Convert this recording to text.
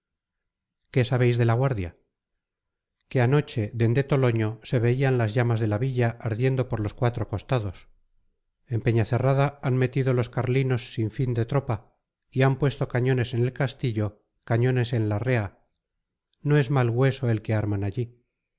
qué sabéis de la guardia que anoche dende toloño se veían las llamas de la villa ardiendo por los cuatro costados en peñacerrada han metido los carlinos sin fin de tropa y han puesto cañones en el castillo cañones en larrea no es mal hueso el que arman allí